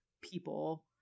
people